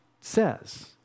says